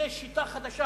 זו שיטה חדשה,